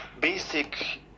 basic